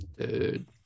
Dude